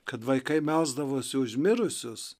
kad vaikai melsdavosi už mirusius